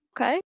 Okay